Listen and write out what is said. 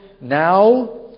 Now